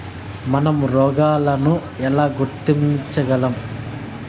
మనం రోగాలను ఎలా గుర్తించగలం?